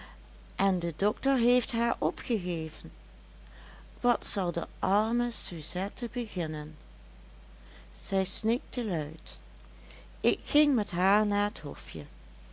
en de dokter heeft haar opgegeven wat zal de arme suzette beginnen zij snikte luid ik ging met haar naar het hofje